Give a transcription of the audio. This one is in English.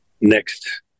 next